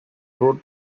wrote